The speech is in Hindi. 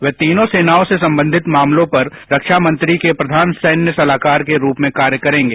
वे तीनों सेनाओं से संबंधित मामलों पर रक्षा मंत्री के प्रधान सैन्य सलाहकार के रूप में कार्य करेंगे